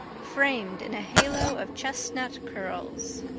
framed in a halo of chestnut curls.